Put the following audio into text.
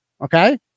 Okay